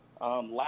Last